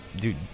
dude